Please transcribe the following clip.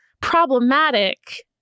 problematic